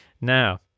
Now